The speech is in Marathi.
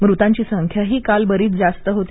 मृतांची संख्याही काल बरीच जास्त होती